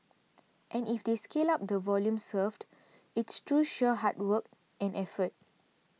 and if they scale up the volume served it's through sheer hard work and effort